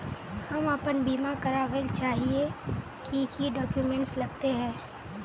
हम अपन बीमा करावेल चाहिए की की डक्यूमेंट्स लगते है?